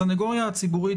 הסנגוריה הציבורית,